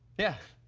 yeah.